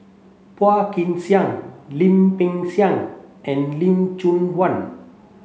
Phua Kin Siang Lim Peng Siang and Lim Chong Yah